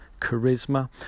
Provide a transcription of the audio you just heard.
charisma